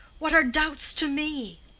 what are doubts to me?